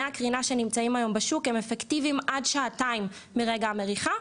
הקרינה שנמצאים היום בשוק הם אפקטיביים עד שעתיים מרגע המריחה,